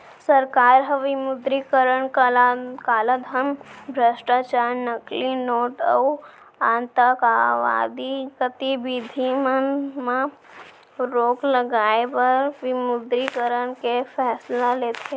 सरकार ह विमुद्रीकरन कालाधन, भस्टाचार, नकली नोट अउ आंतकवादी गतिबिधि मन म रोक लगाए बर विमुद्रीकरन के फैसला लेथे